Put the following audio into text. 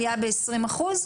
עלייה בעשרים אחוז?